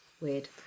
Weird